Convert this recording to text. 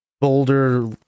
boulder